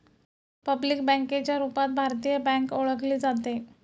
public बँकेच्या रूपात भारतीय बँक ओळखली जाते